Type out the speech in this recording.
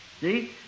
See